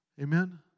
Amen